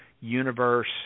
universe